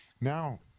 now